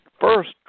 first